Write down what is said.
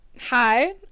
hi